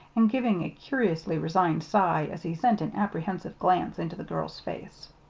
and giving a curiously resigned sigh as he sent an apprehensive glance into the girl's face.